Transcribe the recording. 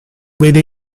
vede